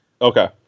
Okay